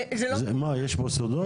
מה, יש פה סודות?